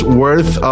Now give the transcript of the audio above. worth